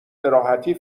بهراحتی